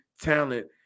talent